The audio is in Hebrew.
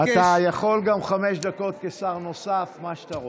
יכול גם חמש דקות כשר נוסף, מה שאתה רוצה.